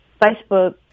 Facebook